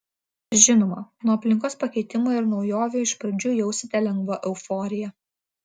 žinoma nuo aplinkos pakeitimo ir naujovių iš pradžių jausite lengvą euforiją